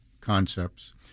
concepts